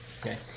Okay